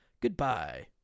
Goodbye